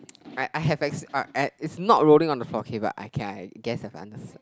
I I have uh uh it's not rolling on the floor okay but I guess I